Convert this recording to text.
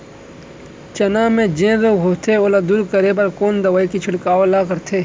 चना म जेन रोग होथे ओला दूर करे बर कोन दवई के छिड़काव ल करथे?